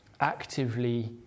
actively